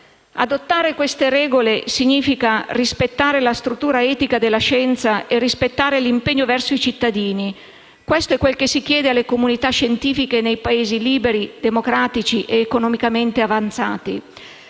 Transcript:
Adottare queste regole significa rispettare la struttura etica della scienza e rispettare l'impegno verso i cittadini. Questo è quel che si chiede alle comunità scientifiche nei Paesi liberi, democratici ed economicamente avanzati.